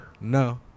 No